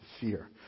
fear